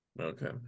okay